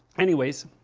anyways,